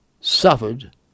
suffered